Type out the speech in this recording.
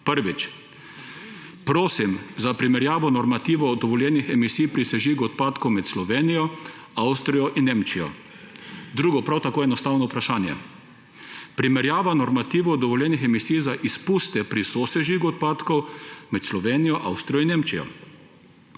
Prvič: »Prosim za primerjavo normativov dovoljenih emisij pri sežigu odpadkov med Slovenijo, Avstrijo in Nemčijo.« Drugo, prav tako enostavno vprašanje: »Primerjava normativov dovoljenih emisij za izpuste pri sosežigu odpadkov med Slovenijo, Avstrijo in Nemčijo.«